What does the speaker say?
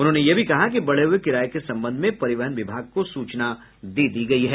उन्होंने कहा कि बढ़े हुये किराये के संबंध में परिवहन विभाग को सूचना दे दी गई है